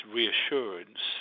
reassurance